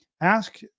ask